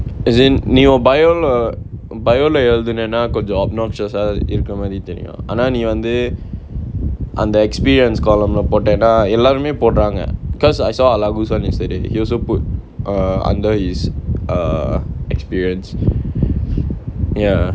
as in நீ உன்:nee un bio lah bio lah எழுதுனனா கொஞ்ச:eluthunanaa konja abnorbsious ah இருக்குற மாரி தெரியும் ஆனா நீ வந்து அந்த:irukkura maari theriyum aanaa nee vanthu antha experience column lah போட்டனா எல்லாருமே போடுறாங்க:pottanaa ellaarumae poduraanga cause I saw alagus one yesterday he also put err under his err experience ya